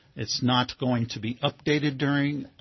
it's not going to be updated during